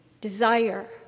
desire